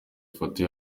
ifoto